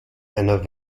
einer